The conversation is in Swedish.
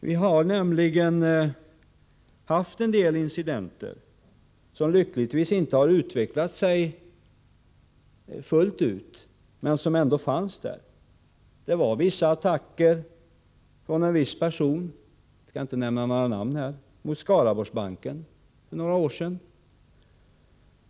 Vi har nämligen haft en del incidenter som lyckligtvis inte har utvecklat sig fullt ut, men som ändå fanns där. Utan att nämna några namn kan jag säga att det var vissa attacker från en viss person mot Skaraborgsbanken för några år sedan.